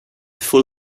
full